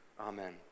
Amen